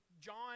John